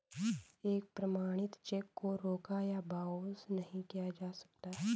एक प्रमाणित चेक को रोका या बाउंस नहीं किया जा सकता है